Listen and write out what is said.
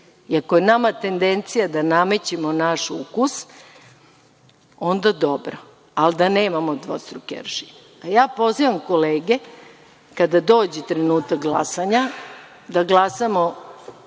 je nama tendencija da namećemo naš ukus, onda dobro, ali da nemamo dvostruke aršine. Ja pozivam kolege, kada dođe trenutak glasanja, da glasamo